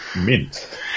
mint